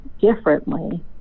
differently